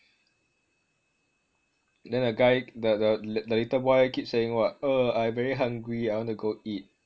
then the guy the the the little boy keep saying [what] I very hungry I want to go eat